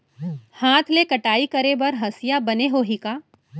हाथ ले कटाई करे बर हसिया बने होही का?